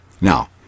Now